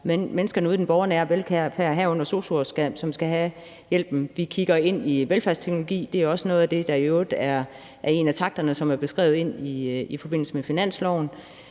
være menneskene ude i den borgernære velfærd, herunder sosu'er, som skal have hjælpen. Vi kigger ind i velfærdsteknologi, og det er i øvrigt også noget af det, der er en af takterne, som er beskrevet i forbindelse med finansloven